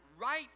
right